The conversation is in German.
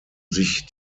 sich